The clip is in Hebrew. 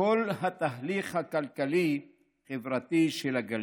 כל התהליך הכלכלי-חברתי של הגליל.